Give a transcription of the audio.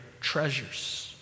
treasures